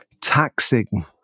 taxing